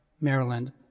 Maryland